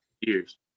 years